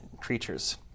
creatures